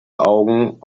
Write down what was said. augen